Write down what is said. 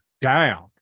down